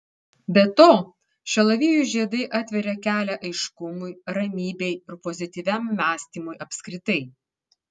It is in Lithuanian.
be to šalavijų žiedai atveria kelią aiškumui ramybei ir pozityviam mąstymui apskritai